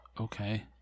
Okay